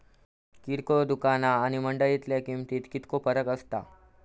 किरकोळ दुकाना आणि मंडळीतल्या किमतीत कितको फरक असता?